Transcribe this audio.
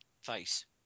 face